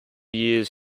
years